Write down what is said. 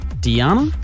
Diana